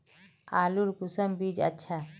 आलूर कुंसम बीज अच्छा?